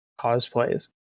cosplays